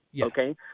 Okay